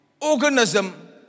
organism